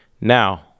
Now